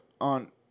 on